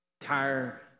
Entire